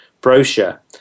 brochure